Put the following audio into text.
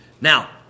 Now